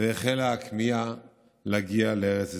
והחלה הכמיהה להגיע לארץ ישראל.